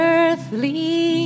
Earthly